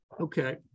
Okay